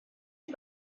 sie